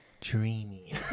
dreamy